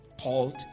called